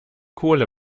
kohle